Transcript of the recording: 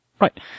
Right